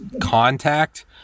contact